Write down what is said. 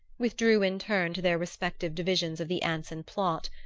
withdrew in turn to their respective divisions of the anson plot,